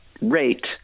rate